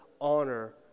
honor